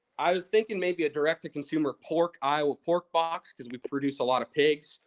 i was thinking maybe a direct to consumer pork iowa pork box, because we produce a lot of pigs,